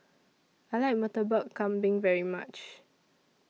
I like Murtabak Kambing very much